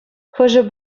хӑшӗ